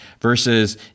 Versus